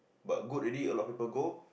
but good already a lot of people go